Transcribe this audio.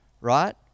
Right